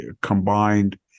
combined